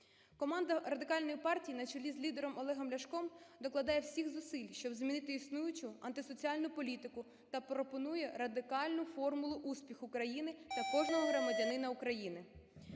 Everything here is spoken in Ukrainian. Команда Радикальної партії на чолі з лідером Олегом Ляшком докладає всіх зусиль, щоб змінити існуючу антисоціальну політику та пропонує радикальну формулу успіху України та кожного громадянина України.